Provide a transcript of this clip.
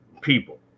people